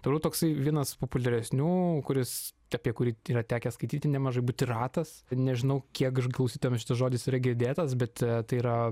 toliau toksai vienas populiaresnių kuris apie kurį yra tekę skaityti nemažai butiratas nežinau kiek klausytojams šitas žodis yra girdėtas bet tai yra